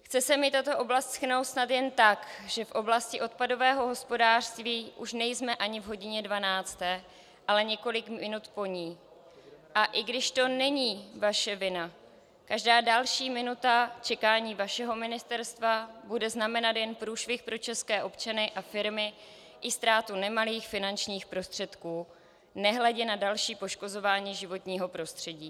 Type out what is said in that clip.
Chce se mi tato oblast shrnout snad jen tak, že v oblasti odpadového hospodářství už nejsme ani v hodině dvanácté, ale několik minut po ní, a i když to není vaše vina, každá další minuta čekání vašeho ministerstva bude znamenat jen průšvih pro české občany a firmy, i ztrátu nemalých finančních prostředků, nehledě na další poškozování životního prostředí.